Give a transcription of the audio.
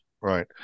right